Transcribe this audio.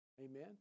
Amen